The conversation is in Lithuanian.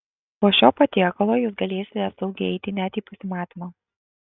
po šio patiekalo jūs galėsite saugiai eiti net į pasimatymą